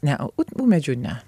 ne ūmėdžių ne